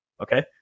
okay